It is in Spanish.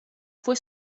fue